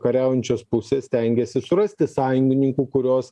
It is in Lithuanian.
kariaujančios pusės stengiasi surasti sąjungininkų kurios